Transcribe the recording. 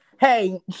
hey